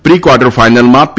pre quarter ફાઈનલમાં પી